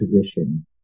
position